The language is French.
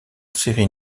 serie